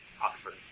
Oxford